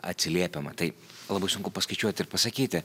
atsiliepiama tai labai sunku paskaičiuoti ir pasakyti